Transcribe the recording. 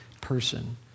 person